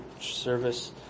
service